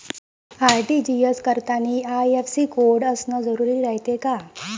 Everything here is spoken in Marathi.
आर.टी.जी.एस करतांनी आय.एफ.एस.सी कोड असन जरुरी रायते का?